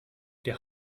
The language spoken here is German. der